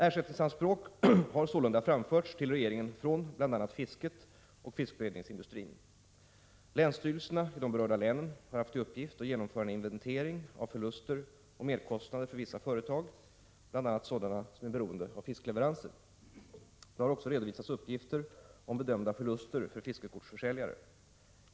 Ersättningsanspråk har sålunda framförts till regeringen från bl.a. fisket och fiskberedningsindustrin. Länsstyrelserna i de berörda länen har haft i uppgift att genomföra en inventering av förluster och merkostnader för vissa företag, bl.a. sådana som är beroende av fiskleveranser. Det har också redovisats uppgifter om bedömda förluster för fiskekortsförsäljare.